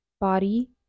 body